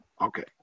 okay